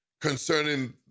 concerning